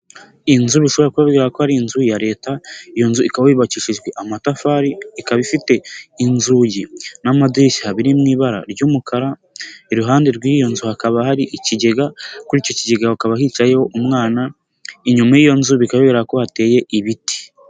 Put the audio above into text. Inzu rushobora kubabwira ko ari inzu ya Leta, iyo nzu ikaba yubakishijwe amatafari, ikaba ifite inzugi n'amadirishya biri mu ibara ry'umukara, iruhande rw'iyo nzu hakaba hari ikigega, kuri icyo kigega hakaba hicayeho umwana, inyuma y'iyo nzu bikaba bigaragara ko hateye ibiti.